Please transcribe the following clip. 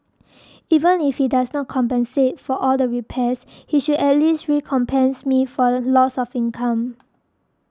even if he does not compensate for all the repairs he should at least recompense me for loss of income